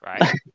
right